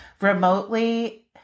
remotely